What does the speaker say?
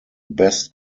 best